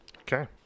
okay